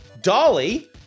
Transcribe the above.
Dolly